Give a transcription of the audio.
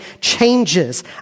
changes